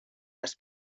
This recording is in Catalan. les